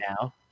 now